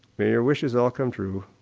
may your wishes all come true.